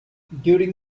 during